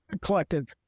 Collective